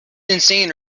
insane